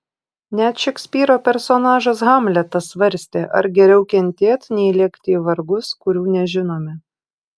net šekspyro personažas hamletas svarstė ar geriau kentėt nei lėkti į vargus kurių nežinome